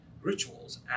rituals